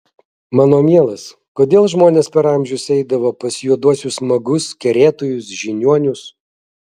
mano mielas kodėl žmonės per amžius eidavo pas juoduosius magus kerėtojus žiniuonius